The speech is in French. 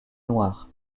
noir